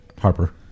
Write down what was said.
Harper